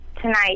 tonight